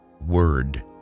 word